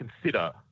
consider